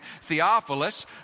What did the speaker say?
Theophilus